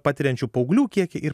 patiriančių paauglių kiekį ir